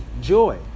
joy